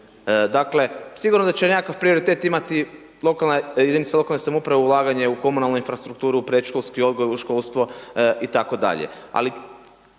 Dakle, sigurno da će nekakav prioritet imati jedinice lokalne samouprave u ulaganje u komunalnu infrastrukturu, u predškolski odgoj, u školstvo itd., ali